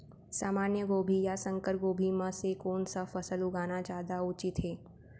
सामान्य गोभी या संकर गोभी म से कोन स फसल लगाना जादा उचित हे?